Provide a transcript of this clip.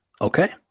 Okay